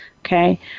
okay